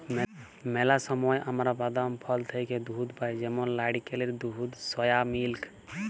ম্যালা সময় আমরা বাদাম, ফল থ্যাইকে দুহুদ পাই যেমল লাইড়কেলের দুহুদ, সয়া মিল্ক